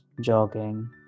jogging